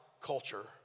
culture